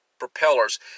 Propellers